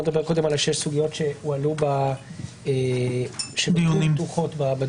נדבר קודם על שש הסוגיות שהועלו בדיונים הקודמים ונשארו פתוחות.